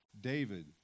David